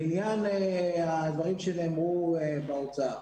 לעניין הדברים שנאמרו באוצר,